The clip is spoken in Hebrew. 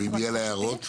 הערות?